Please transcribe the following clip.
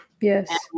Yes